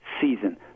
season